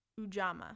Ujamaa